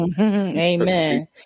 Amen